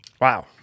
Wow